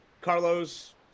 Carlos